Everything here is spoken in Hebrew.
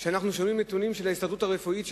אנחנו שומעים נתונים של ההסתדרות הרפואית,